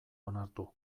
onartu